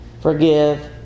forgive